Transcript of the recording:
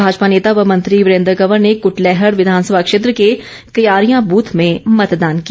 भाजपा नेता व मंत्री वीरेन्द्र कंवर ने कृटलैहड विधानसभा क्षेत्र के क्यारियां बूथ में मतदान किया